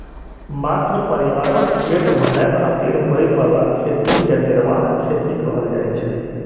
मात्र परिवारक पेट भरै खातिर होइ बला खेती कें निर्वाह खेती कहल जाइ छै